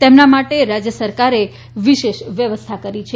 તેમના માટે રાજ્ય સરકારે વિશેષ વ્યવસ્થા કરી છે